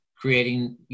creating